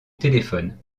téléphone